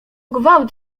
gwałt